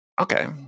okay